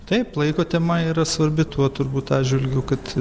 taip laiko tema yra svarbi tuo turbūt atžvilgiu kad